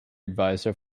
advisor